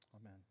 amen